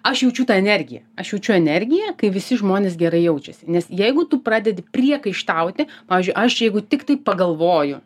aš jaučiu tą energiją aš jaučiu energiją kai visi žmonės gerai jaučiasi nes jeigu tu pradedi priekaištauti pavyzdžiui aš jeigu tiktai pagalvoju